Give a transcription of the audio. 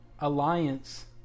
Alliance